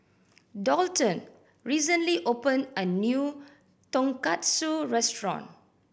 Daulton recently opened a new Tonkatsu Restaurant